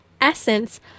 essence